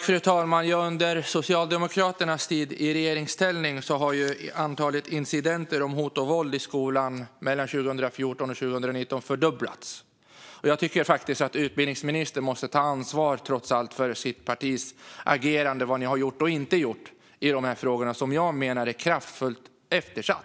Fru talman! Under Socialdemokraternas tid i regeringsställning har antalet incidenter med hot och våld i skolan fördubblats. Det har skett mellan 2014 och 2019. Jag tycker trots allt att utbildningsministern måste ta ansvar för sitt partis agerande och vad man har gjort och inte gjort i dessa frågor, som jag menar är kraftigt eftersatta.